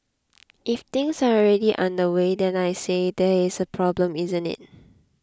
if things are already underway then I say there is a problem isn't it